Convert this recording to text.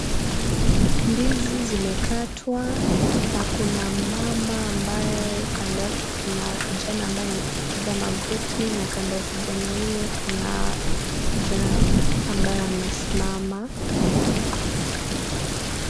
Ndizi zimekatwa na kuna mama ambaye kando yake kuna kijana ambaye amepiga magoti na kando ya kijana huyo kuna kijana ambaye amesimama.